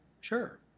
sure